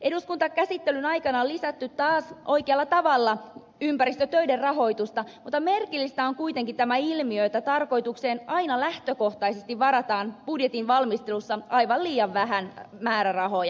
eduskuntakäsittelyn aikana on lisätty taas oikealla tavalla ympäristötöiden rahoitusta mutta merkillistä on kuitenkin tämä ilmiö että tarkoitukseen aina lähtökohtaisesti varataan budjetin valmistelussa aivan liian vähän määrärahoja